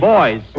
Boys